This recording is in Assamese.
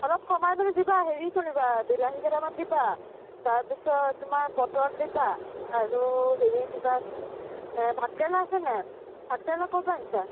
অলপ কমাই মেলি দিবা হেৰি কৰিবা বিলাহীকেইটামান দিবা তাৰপিছত তোমাৰ পটল দিবা আৰু হেৰি দিবাচোন ভাতকেৰেলা আছে নাই ভাতকেৰেলা ক'ৰ পৰা আনিছা